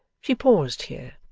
she paused here,